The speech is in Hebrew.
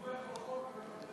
תומך בחוק ומוותר.